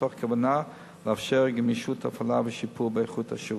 מתוך כוונה לאפשר גמישות הפעלה ושיפור באיכות השירות.